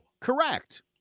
Correct